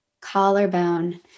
collarbone